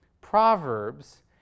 proverbs